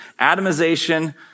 atomization